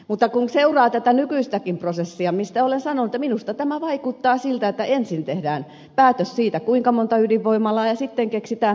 mutta kun seuraa tätä nykyistäkin prosessia niin olen sanonut että minusta tämä vaikuttaa siltä että ensin tehdään päätös siitä kuinka monta ydinvoimalaa ja sitten keksitään perustelut